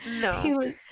no